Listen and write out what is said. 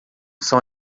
são